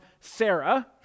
Sarah